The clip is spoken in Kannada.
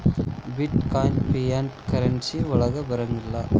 ಬಿಟ್ ಕಾಯಿನ್ ಫಿಯಾಟ್ ಕರೆನ್ಸಿ ವಳಗ್ ಬರಂಗಿಲ್ಲಾ